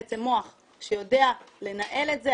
בעצם מוח שיודע לנהל את זה,